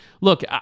look